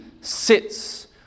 sits